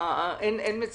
זה